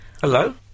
Hello